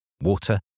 water